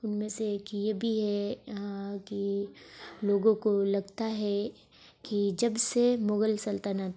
ان میں سے ایک یہ بھی ہے کہ لوگوں کو لگتا ہے کہ جب سے مغل سلطنت